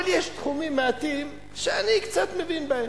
אבל יש תחומים מעטים שאני קצת מבין בהם.